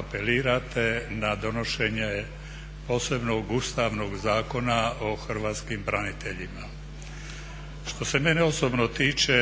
apelirate na donošenje posebnog Ustavnog zakona o hrvatskim braniteljima. Što se mene osobno tiče